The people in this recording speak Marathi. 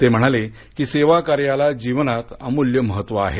ते म्हणाले की सेवा कार्याला जीवनात अमुल्य महत्व आहे